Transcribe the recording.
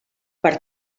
per